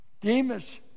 Demas